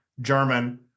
German